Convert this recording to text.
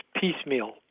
piecemeal